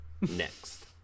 next